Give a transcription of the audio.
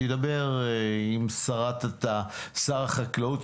שידבר עם שר החקלאות,